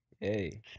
Hey